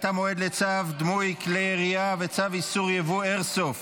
המועד לצו דמוי כלי ירייה והארכת תוקף צו איסור ייבוא כלי איירסופט),